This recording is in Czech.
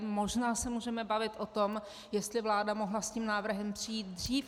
Možná se můžeme bavit o tom, jestli vláda mohla s tím návrhem přijít dřív.